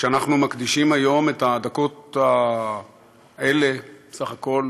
וכשאנחנו מקדישים היום את הדקות האלה, בסך הכול